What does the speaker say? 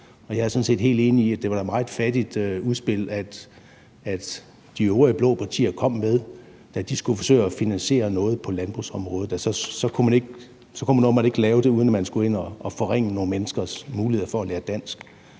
set helt enig i, at det da var et meget fattigt udspil, de øvrige blå partier kom med, da de skulle forsøge at finansiere noget på landbrugsområdet, for så kunne man åbenbart ikke lave det, uden at man skulle ind og forringe nogle menneskers mulighed for at lære dansk,